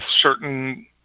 certain